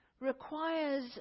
requires